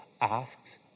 asks